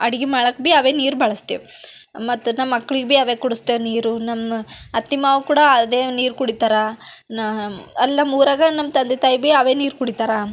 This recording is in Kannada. ಅಡ್ಗೆ ಮಾಡಕ್ಕೆ ಭಿ ಅವೇ ನೀರು ಬಳಸ್ತೇವೆ ಮತ್ತು ನಮ್ಮ ಮಕ್ಕಳಿಗೆ ಭಿ ಅವೇ ಕುಡಿಸ್ತೇವೆ ನೀರು ನಮ್ಮ ಅತ್ತೆ ಮಾವ ಕೂಡ ಅದೇ ನೀರು ಕುಡಿತಾರೆ ನಾ ಅಲ್ಲಿ ನಮ್ಮೂರಾಗ ನಮ್ಮ ತಂದೆ ತಾಯಿ ಭಿ ಅವೇ ನೀರು ಕುಡಿತಾರೆ